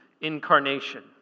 incarnation